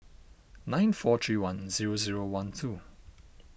nine four three one zero zero one two